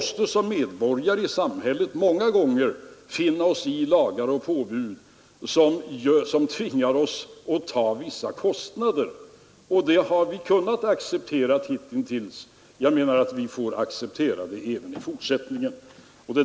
Såsom medborgare i samhället måste vi många gånger finna oss i lagar och påbud, som tvingar oss att ta vissa kostnader. Det har vi kunnat acceptera hittills, och vi får acceptera det även i fortsättningen.